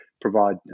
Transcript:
provide